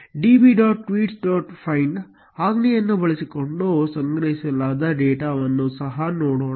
find ಆಜ್ಞೆಯನ್ನು ಬಳಸಿಕೊಂಡು ಸಂಗ್ರಹಿಸಲಾದ ಡೇಟಾವನ್ನು ಸಹ ನೋಡೋಣ